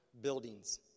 Buildings